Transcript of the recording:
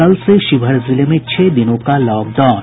कल से शिवहर जिले में छह दिनों का लॉकडाउन